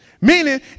Meaning